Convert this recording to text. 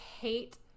hate